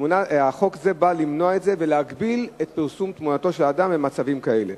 חוק זה בא למנוע את זה ולהגביל את פרסום תמונתו של אדם במצבים כאלה.